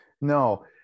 no